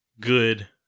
good